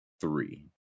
three